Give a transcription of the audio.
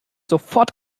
sofort